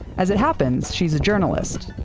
as it happens, she's a journalist.